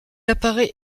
apparaît